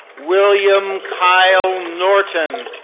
william kyle norton.